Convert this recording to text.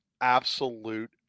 absolute